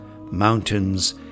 mountains